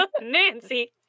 Nancy